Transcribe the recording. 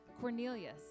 Cornelius